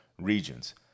regions